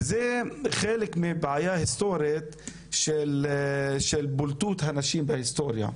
זה חלק מבעיה היסטורית של בולטות הנשים בהיסטוריה.